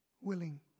willing